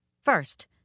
First